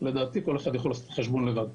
ולדעתי כל אחד יכול לעשות את החשבון לבד.